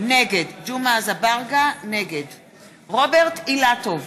נגד רוברט אילטוב,